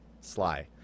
Sly